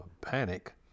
panic